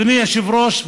אדוני היושב-ראש,